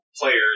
players